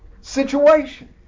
situation